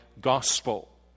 gospel